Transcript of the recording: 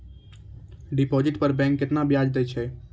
Deposit पर bank केतना ब्याज दै छै?